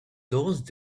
those